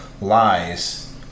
lies